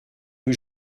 rue